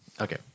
Okay